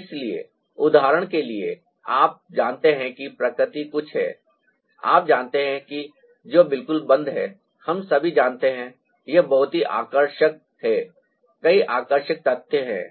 इसलिए उदाहरण के लिए आप जानते हैं कि प्रकृति कुछ है आप जानते हैं कि जो बिल्कुल बंद है हम सभी जानते हैं यह बहुत ही आकर्षक है कई आकर्षक तथ्य हैं